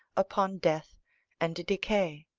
upon death and decay.